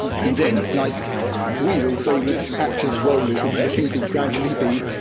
and then, like wheels, they would act as rollers. the thing could gradually be,